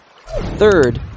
Third